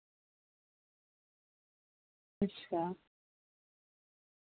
अच्छा